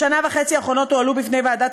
בשנה וחצי האחרונות הועלו בפני וועדת